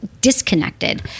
disconnected